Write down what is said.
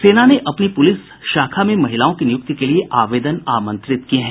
सेना ने अपनी पूलिस शाखा में महिलाओं की नियुक्ति के लिए आवेदन आमंत्रित किये हैं